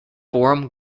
forum